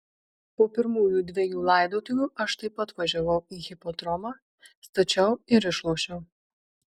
po pirmųjų dvejų laidotuvių aš taip pat važiavau į hipodromą stačiau ir išlošiau